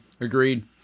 Agreed